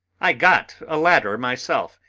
i got a ladder myself,